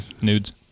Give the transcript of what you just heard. nudes